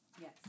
Yes